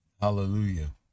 hallelujah